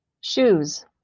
Shoes